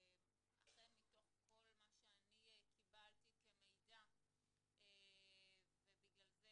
ואכן מתוך כל מה שאני קיבלתי כמידע ובגלל זה